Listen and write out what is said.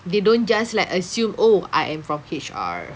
they don't just like assume oh I am from H_R